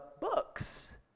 books